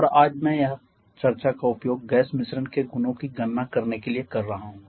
और आज मैं यह चर्चा का उपयोग गैस मिश्रण के गुणों की गणना करने के लिए कर रहा हूं